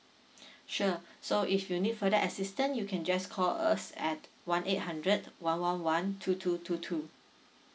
sure so if you need further assistant you can just call us at one eight hundred one one one two two two two